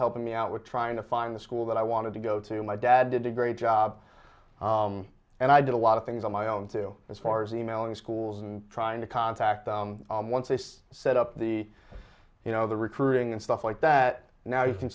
helping me out with trying to find the school that i wanted to go to my dad did a great job and i did a lot of things on my own too as far as emailing schools and trying to contact them once they set up the you know the recruiting and stuff like that now you can